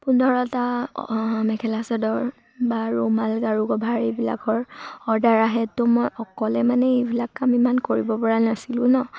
পোন্ধৰটা মেখেলা চাদৰ বা ৰুমাল গাৰু কভাৰ এইবিলাকৰ অৰ্ডাৰ আহে ত' মই অকলে মানে এইবিলাক কাম ইমান কৰিব পৰা নাছিলোঁ নহ্